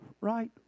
right